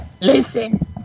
Listen